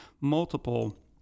multiple